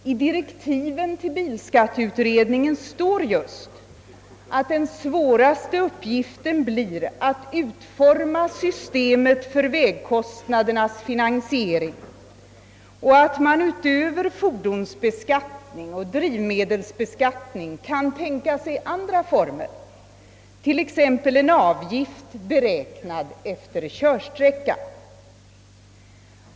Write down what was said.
I direktiven till bilskatteutredningen står just att den svåraste uppgiften blir att utforma systemet för vägkostnadernas finansiering och att man utöver fordonsbeskattning och drivmedelsbeskattning kan tänka sig andra former, t.ex. en avgift beräknad efter körsträcka.